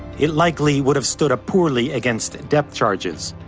it likely would have stood up poorly against depth-charges.